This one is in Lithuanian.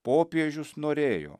popiežius norėjo